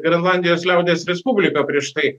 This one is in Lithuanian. grenlandijos liaudies respubliką prieš tai